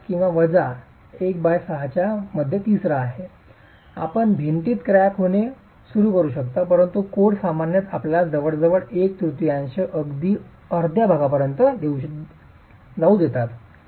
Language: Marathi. प्लस किंवा वजा 16 हा मध्य तिसरा आहे आपण भिंतीत क्रॅक होणे सुरू करू शकता परंतु कोड सामान्यत आपल्याला जवळजवळ एक तृतीयांश अगदी अर्ध्या भागापर्यंत जाऊ देतात